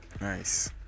Nice